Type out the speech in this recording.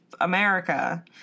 America